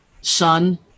son